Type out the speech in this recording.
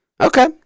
Okay